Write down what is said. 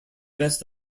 best